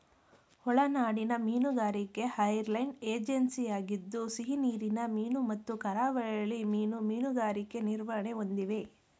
ಒಳನಾಡಿನ ಮೀನುಗಾರಿಕೆ ಐರ್ಲೆಂಡ್ ಏಜೆನ್ಸಿಯಾಗಿದ್ದು ಸಿಹಿನೀರಿನ ಮೀನು ಮತ್ತು ಕರಾವಳಿ ಮೀನು ಮೀನುಗಾರಿಕೆ ನಿರ್ವಹಣೆ ಹೊಂದಿವೆ